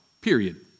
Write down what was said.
period